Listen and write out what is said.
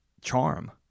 charm